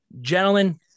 Gentlemen